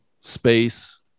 space